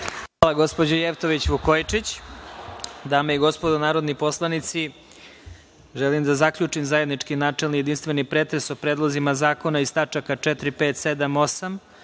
Hvala, gospođo Jevtović Vukojičić. Dame i gospodo narodni poslanici, želim da zaključim zajednički načelni jedinstveni pretres o predlozima zakona iz tačaka 4,